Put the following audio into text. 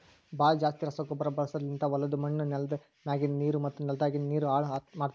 ಭಾಳ್ ಜಾಸ್ತಿ ರಸಗೊಬ್ಬರ ಬಳಸದ್ಲಿಂತ್ ಹೊಲುದ್ ಮಣ್ಣ್, ನೆಲ್ದ ಮ್ಯಾಗಿಂದ್ ನೀರು ಮತ್ತ ನೆಲದಾಗಿಂದ್ ನೀರು ಹಾಳ್ ಮಾಡ್ತುದ್